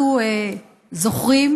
אנחנו זוכרים